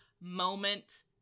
moment